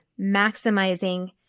maximizing